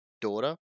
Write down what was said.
daughter